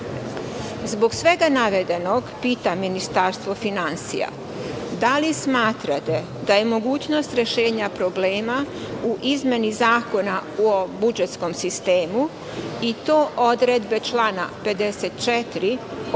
svega navedenog pitam Ministarstvo finansija – da li smatrate da je mogućnost rešenja problema u izmeni Zakona o budžetskom sistemu i to odredbe člana 54.